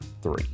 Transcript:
three